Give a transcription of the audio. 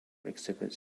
exhibits